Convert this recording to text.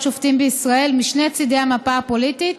שופטים בישראל משני צידי המפה הפוליטית,